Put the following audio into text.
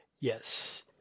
Yes